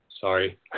sorry